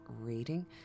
reading